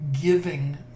giving